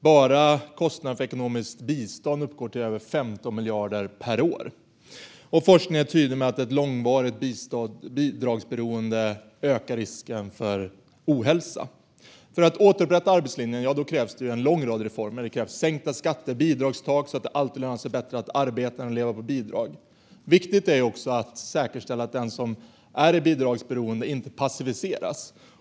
Bara kostnaden för ekonomiskt bistånd uppgår till över 15 miljarder per år, och forskning visar tydligt att ett långvarigt bidragsberoende ökar risken för ohälsa. För att återupprätta arbetslinjen krävs en lång rad reformer. Det krävs sänkta skatter och bidragstak så att det alltid lönar sig bättre att arbeta än att leva på bidrag. Det är också viktigt att säkerställa att den som är i bidragsberoende inte passiviseras.